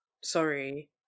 sorry